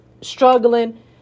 struggling